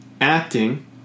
acting